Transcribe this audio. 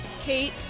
Kate